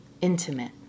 intimate